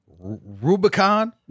rubicon